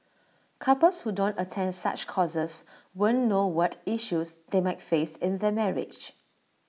couples who don't attend such courses won't know what issues they might face in their marriage